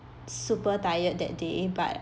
super tired that day but